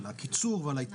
על סדר היום,